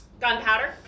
gunpowder